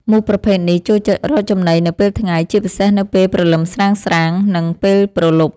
មូសប្រភេទនេះចូលចិត្តរកចំណីនៅពេលថ្ងៃ ជាពិសេសនៅពេលព្រលឹមស្រាងៗ និងពេលព្រលប់។